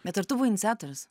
bet ar tu buvai iniciatorius